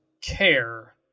care